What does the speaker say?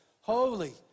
Holy